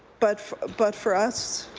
but but for us,